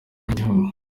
h’igihugu